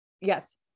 Yes